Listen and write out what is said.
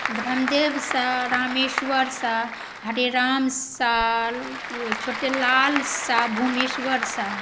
Brahmadev Shah Rameshwar Shah Hareram Shah Chhotelal Shah Bhuvneshwar Shah